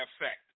effect